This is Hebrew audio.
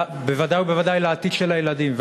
בוודאי ובוודאי לעתיד של הילדים.